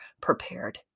prepared